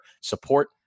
support